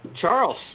Charles